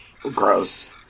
gross